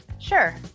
Sure